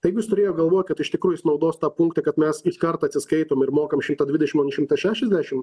tai jis turėjo galvoj kad iš tikrųjų jis naudos tą punktą kad mes iškart atsiskaitome ir mokam šimtą dvidešim o ne šimtą šešiasdešim